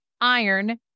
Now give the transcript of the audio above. iron